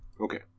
Okay